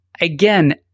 again